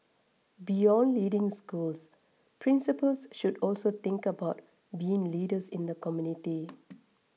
beyond leading schools principals should also think about being leaders in the community